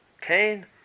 Cain